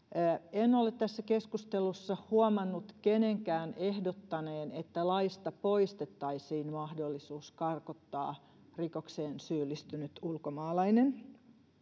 en ole tässä keskustelussa huomannut kenenkään ehdottaneen että laista poistettaisiin mahdollisuus karkottaa rikokseen syyllistynyt ulkomaalainen